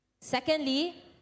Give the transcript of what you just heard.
Secondly